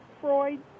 Freud